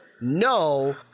No